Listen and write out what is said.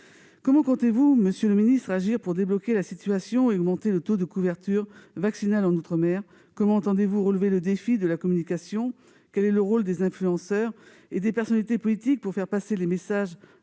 Comment comptez-vous, monsieur le secrétaire d'État, agir pour débloquer la situation et augmenter le taux de couverture vaccinale outre-mer ? Comment entendez-vous relever le défi de la communication ? Quel est le rôle des influenceurs et des personnalités politiques pour faire passer les messages à